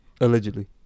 Allegedly